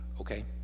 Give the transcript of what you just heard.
okay